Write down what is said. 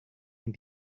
yang